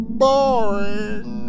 boring